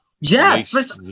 Yes